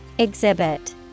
Exhibit